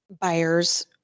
buyers